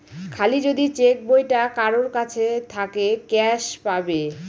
খালি যদি চেক বইটা কারোর কাছে থাকে ক্যাস পাবে